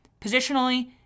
positionally